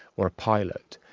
or a pilot.